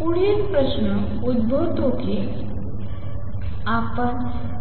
पुढील प्रश्न उद्भवतो की आपण